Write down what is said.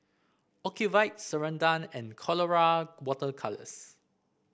Ocuvite Ceradan and Colora Water Colours